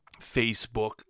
Facebook